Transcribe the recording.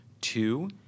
Two